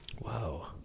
Wow